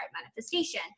manifestation